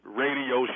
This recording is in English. radio